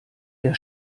der